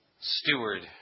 steward